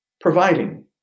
providing